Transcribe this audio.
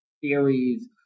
theories